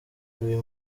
uyu